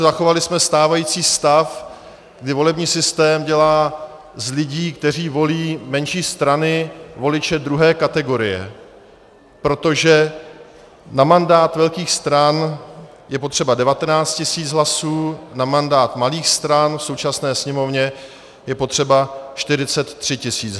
Zachovali jsme stávající stav, kdy volební systém dělá z lidí, kteří volí menší strany, voliče druhé kategorie, protože na mandát velkých stran je potřeba 19 tisíc hlasů, na mandát malých stran v současné Sněmovně je potřeba 43 tisíc.